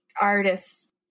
artists